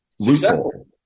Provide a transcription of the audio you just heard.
Successful